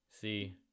See